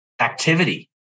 activity